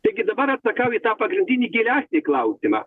taigi dabar atsakau į tą pagrindinį geresnį klausimą